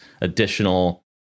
additional